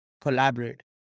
collaborate